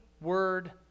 Word